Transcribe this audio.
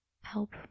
help